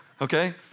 okay